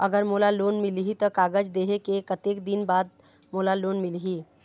अगर मोला लोन मिलही त कागज देहे के कतेक दिन बाद मोला लोन मिलही?